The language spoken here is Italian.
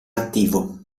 attivo